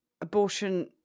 abortion